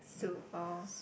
soup or